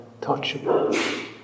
touchable